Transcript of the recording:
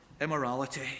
immorality